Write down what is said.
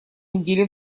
неделе